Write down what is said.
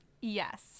yes